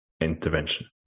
intervention